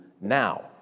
now